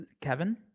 Kevin